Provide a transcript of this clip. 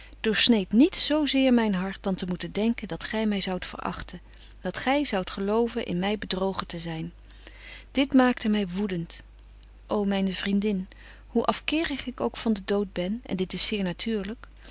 doorsneedt niets zo zeer myn hart dan te moeten denken dat gy my zoudt verachten dat gy zoudt geloven in my bedrogen te zyn dit maakte my woedent ô myne vriendin hoe afkerig ik ook van den dood ben en dit is zeer natuurlyk